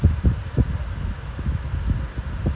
too much partying and then like within the don't like ah